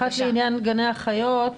אחת לעניין גני החיות,